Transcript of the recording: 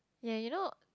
ya you know